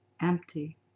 empty